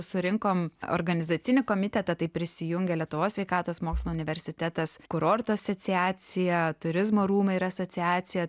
surinkom organizacinį komitetą tai prisijungė lietuvos sveikatos mokslų universitetas kurortų asociacija turizmo rūmai ir asociacija